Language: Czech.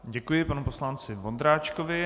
Děkuji panu poslanci Vondráčkovi.